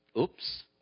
Oops